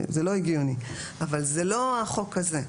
זה לא הגיוני, אבל זה לא החוק הזה.